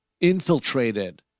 infiltrated